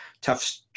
tough